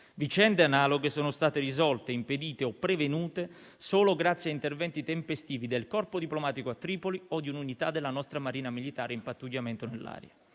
vicende analoghe sono state risolte, impedite o prevenute solo grazie a interventi tempestivi del corpo diplomatico a Tripoli o di un'unità della nostra Marina militare in pattugliamento nell'area.